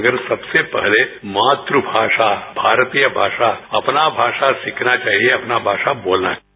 मगर सबसे पहले मातुभाषा भारतीय भाषा अपना भाषा सीखना चाहिए अपना भाषा बोलना चाहिए